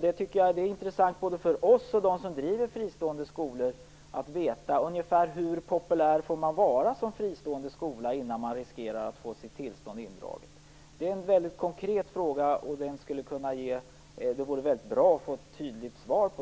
Det är intressant både för oss och för dem som driver fristående skolor att få veta ungefär hur populär en fristående skola får vara innan den riskerar att få sitt tillstånd indraget. Det är en väldigt konkret fråga som det vore bra att få ett tydligt svar på.